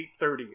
8.30